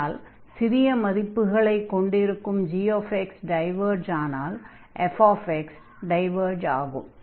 அதனால் சிறிய மதிப்புகளைக் கொண்டிருக்கும் gx டைவர்ஜ் ஆனால் fx டைவர்ஜ் ஆகும்